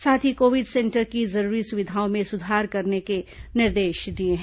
साथ ही Covid centre की जरूरी सुविधाओं में सुधार करने के निर्देश दिए हैं